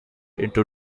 into